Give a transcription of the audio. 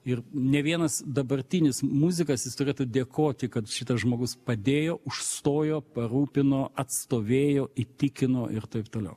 ir ne vienas dabartinis muzikas jis turėtų dėkoti kad šitas žmogus padėjo užstojo parūpino atstovėjo įtikino ir taip toliau